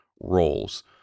roles